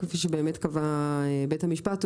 כפי שבאמת קבע בית המשפט,